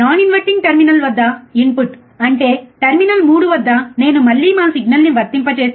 non inverting terminal వద్ద input అంటే terminal 3 వద్ద నేను మళ్ళీ మా సిగ్నల్ని వర్తింపజేస్తే